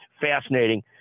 Fascinating